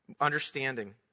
understanding